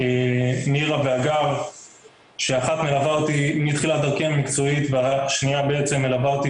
מירה והגר שאחת מלווה אותי מתחילת דרכי המקצועית והשנייה מלווה אותי